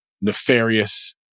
nefarious